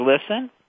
listen